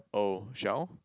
oh shell